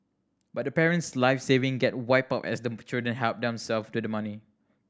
but the parent's life saving get wiped out as the children help themselves to the money